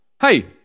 Hey